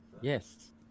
Yes